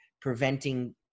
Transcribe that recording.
preventing